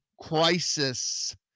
crisis